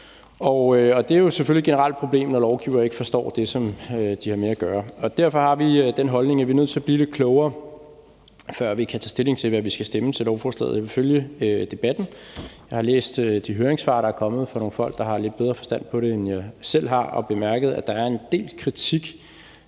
Det er jo selvfølgelig et generelt problem, når lovgivere ikke forstår det, som de har med at gøre. Derfor har vi den holdning, at vi er nødt til at blive lidt klogere, før vi kan tage stilling til, hvad vi skal stemme til lovforslaget. Jeg vil følge debatten. Jeg har læst de høringssvar, der er kommet fra nogle folk, der har lidt bedre forstand på det, end jeg selv har, og jeg har bemærket, at der er en del kritik